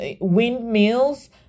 windmills